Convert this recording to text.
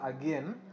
again